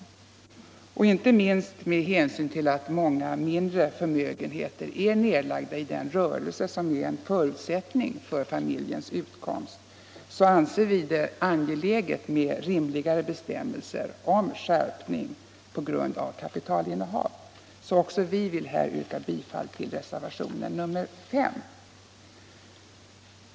Inte minst med hänsyn till att många mindre förmögenheter är nedlagda i den rörelse som är en förutsättning för familjens utkomst anser vi det angeläget med rimligare bestämmelser om skärpning på grund av kapitalinnehav. Också vi vill därför yrka bifall till reservationen 5.